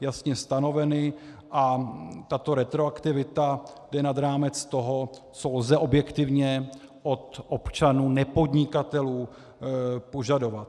jasně stanoveny a tato retroaktivita jde nad rámec toho, co lze objektivně od občanů nepodnikatelů požadovat.